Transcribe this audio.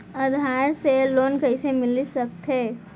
आधार से लोन कइसे मिलिस सकथे?